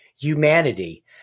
humanity